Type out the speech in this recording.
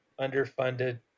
underfunded